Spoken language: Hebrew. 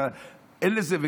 אין לזה,